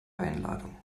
einladung